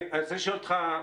אני רוצה לשאול אותך,